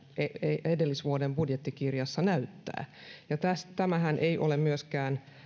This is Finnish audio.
edellisvuoden budjettikirjassa näyttää tämähän ei ole